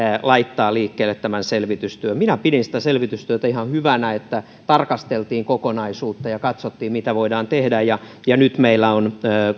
laittaa liikkeelle tämän selvitystyön minä pidin sitä selvitystyötä ihan hyvänä sitä että tarkasteltiin kokonaisuutta ja katsottiin mitä voidaan tehdä ja ja nyt meillä on